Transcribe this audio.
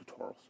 tutorials